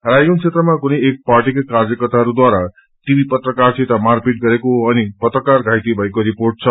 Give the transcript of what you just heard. रायगंज क्षेत्रमा कुनै एक पार्टीका कार्यकर्ताहरूद्वारा टिभी पत्रकारिता मारपीट गरेको अनि पत्रकार बाइते भएको रिर्पोट छ